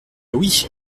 oui